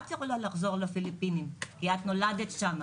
היא אומרת לי שאני יכולה לחזור לפיליפינים כי אני נולדתי שם,